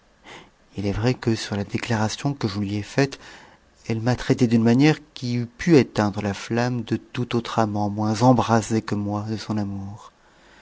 h est vrai que sur la déclaration que je lui ai faite eue m'a traité d'une manière qui eût pu éteindre la flamme de tout autre amant moins embrasé que moi de son amour